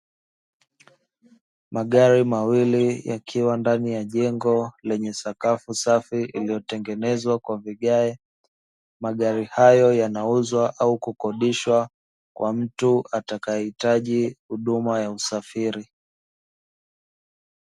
Magari mawili yakiwa ndani ya jengo lenye sakafu safi iliyotengenezwa kwa vigae. Magari hayo yanauzwa au kukodishwa kwa mtu atakaye hitaji huduma ya usafiri.